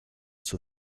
zur